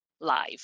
live